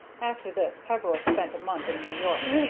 after this peveril spent a month in new york,